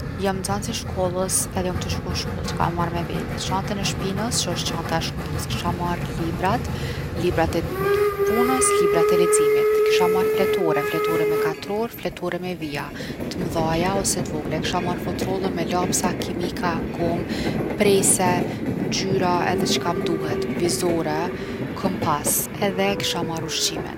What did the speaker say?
Jom nxans i shkollës edhe jom tu shku n’shkollë, çka me marrë me veti? çantën e shpinës që osht çanta e shkollës. Kisha marrë librat, librat e p- punës, librat e leximit. Kisha marrë fletore, fletore me katror’, fletore me vija, t’mdhaja ose t’vogla. E kisha marr fotrollën me lapsa, kimika, gomë, prehse, ngjyra edhe çka m’duhet, vizore, kompas. Edhe e kisha marrë ushqimin.